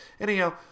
anyhow